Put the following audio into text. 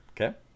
Okay